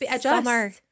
Summer